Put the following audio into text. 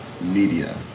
media